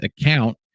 account